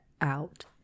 out